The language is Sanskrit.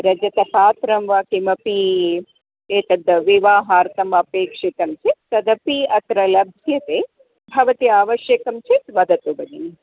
रजतपात्रं वा किमपि एतद् विवाहार्थम् अपेक्षितं चेत् तदपि अत्र लभ्यते भवती आवश्यकं चेत् वदतु भगिनि